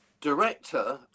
director